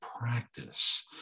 practice